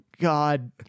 god